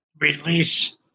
release